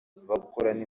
bakorana